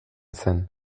zen